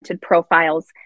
profiles